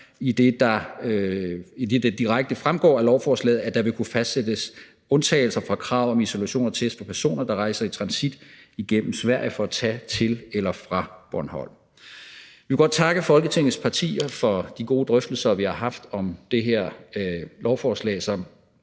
det direkte fremgår af lovforslaget, at der vil kunne fastsættes undtagelser fra kravet om isolation og test af personer, der rejser i transit gennem Sverige for at tage til eller fra Bornholm. Vi vil godt takke Folketingets partier for de gode drøftelser, vi har haft om det her lovforslag,